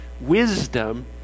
wisdom